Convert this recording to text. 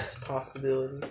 Possibility